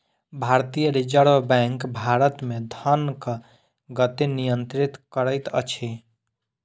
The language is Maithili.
भारतीय रिज़र्व बैंक भारत मे धनक गति नियंत्रित करैत अछि